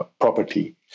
property